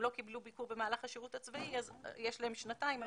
שאם הם לא קיבלו ביקור במהלך השירות הצבאי אז יש להם שנתיים.